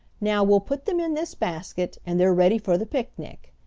now we'll put them in this basket, and they're ready for the picnic,